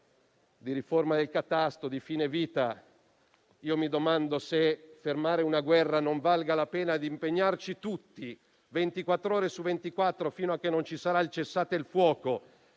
di riforma del catasto, di fine vita; mi domando se per fermare una guerra non valga la pena di impegnarci tutti, ventiquattr'ore su ventiquattro, fino a che non ci sarà il cessate il fuoco,